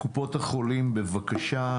קופות החולים, בבקשה.